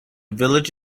village